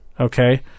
Okay